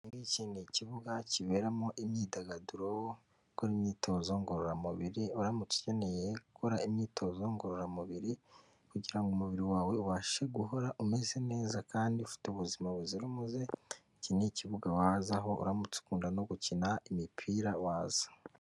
Iki ni ikibuga kiberamo imyidagaduro gukora imyitozo ngororamubiri uramutse ukeneye gukora imyitozo ngororamubiri kugira ngo umubiri wawe ubashe guhora umeze neza kandi ufite ubuzima buzira umuze iki ni ikibuga wazaho uramutse ukunda no gukina imipira waza .